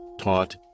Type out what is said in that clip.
taught